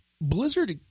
Blizzard